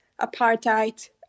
apartheid